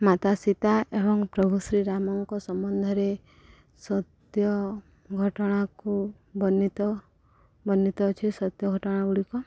ମାତା ସୀତା ଏବଂ ପ୍ରଭୁ ଶ୍ରୀରାମଙ୍କ ସମ୍ବନ୍ଧରେ ସତ୍ୟ ଘଟଣାକୁ ବର୍ଣ୍ଣିତ ବର୍ଣ୍ଣିତ ଅଛି ସତ୍ୟ ଘଟଣା ଗୁଡ଼ିକ